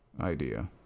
idea